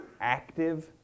active